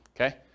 okay